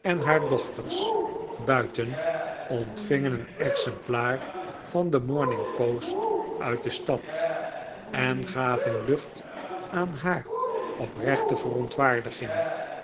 en haar dochters buiten ontvingen een exemplaar van de morning post uit de stad en gaven lucht aan haar oprechte verontwaardiging